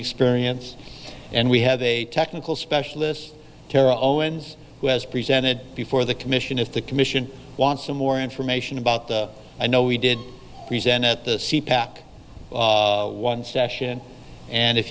experience and we have a technical specialists terrell owens who has presented before the commission if the commission wants some more information about the i know we did present at the pack one session and if